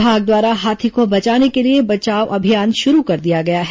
विभाग द्वारा हाथी को बचाने के लिए बचान अभियान शुरू कर दिया गया है